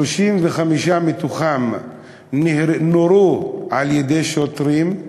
35 מהם נורו על-ידי שוטרים,